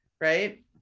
right